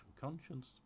conscience